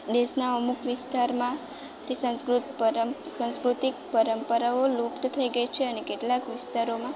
દેશના અમુક વિસ્તારમાંથી સંસ્કૃત સાંસ્કૃતિક પરંપરાઓ લુપ્ત થઈ ગઈ છે અને કેટલાક વિસ્તારોમાં